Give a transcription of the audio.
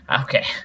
Okay